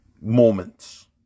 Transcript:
moments